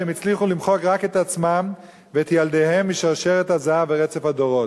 שהם הצליחו למחוק רק את עצמם ואת ילדיהם משרשרת הזהב ורצף הדורות.